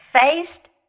faced